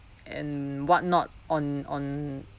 and what not on on